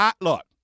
look